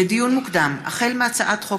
לדיון מוקדם, החל בהצעת חוק